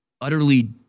utterly